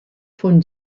von